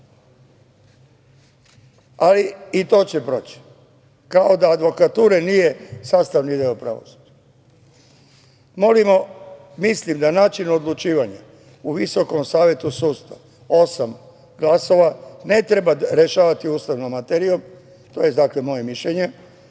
Ali i to će proći, kao da advokatura nije sastavni deo pravosuđa. Mislim da način odlučivanja u Visokom savetu sudstva, osam glasova, ne treba rešavati ustavnom materijom, to je dakle moje mišljenje,